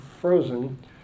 frozen